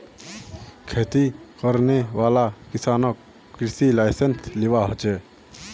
खेती करने वाला किसानक कृषि लाइसेंस लिबा हछेक